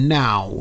now